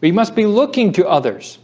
we must be looking to others.